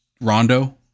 Rondo